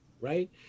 right